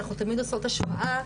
אנחנו תמיד עושות השוואה,